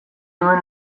nuen